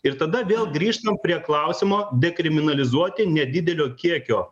ir tada vėl grįžtam prie klausimo dekriminalizuoti nedidelio kiekio